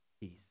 peace